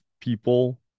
people